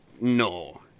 no